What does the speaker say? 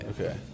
Okay